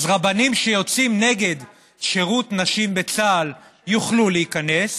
אז רבנים שיוצאים נגד שירות נשים בצה"ל יוכלו להיכנס.